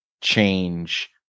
change